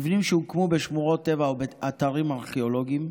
מבנים שהוקמו בשמורות טבע או באתרים ארכיאולוגיים,